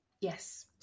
yes